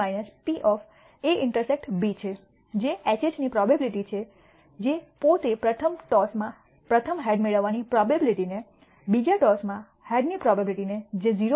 5 P A∩B છે જે HHની પ્રોબેબીલીટી છે જે પોતે પ્રથમ ટોસમાં પ્રથમ હેડ મેળવવાની પ્રોબેબીલીટીને અને બીજા ટોસમાં હેડની પ્રોબેબીલીટીને જે 0